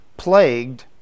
plagued